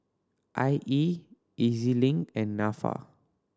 I E E Z Link and Nafa